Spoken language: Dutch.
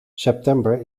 september